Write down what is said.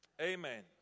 Amen